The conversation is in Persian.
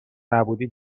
نبودی